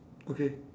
okay